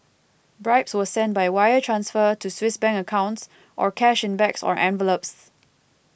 bribes were sent by wire transfer to Swiss Bank accounts or cash in bags or envelopes